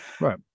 Right